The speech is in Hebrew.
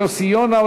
חבר הכנסת יוסי יונה,